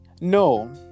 No